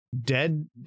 dead